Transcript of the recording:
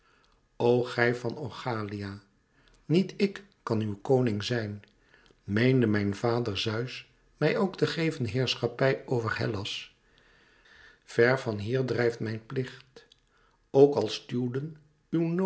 o gij van oichalia niet ik kan uw koning zijn meende mijn vader zeus mij ook te geven heerschappij over hellas ver van hier drijft mij mijn plicht ook al stuwden